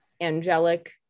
angelic